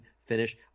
finish